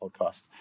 podcast